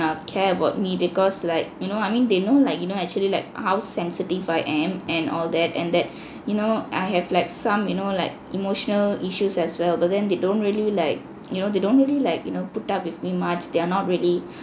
err care about me because like you know I mean they know like you know actually like how sensitive I am and all that and that you know I have like some you know like emotional issues as well but then they don't really like you know they don't really like you know put up with me much they are not really